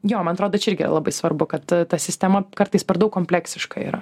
jo man atrodo čia irgi yra labai svarbu kad ta sistema kartais per daug kompleksiška yra